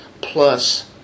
plus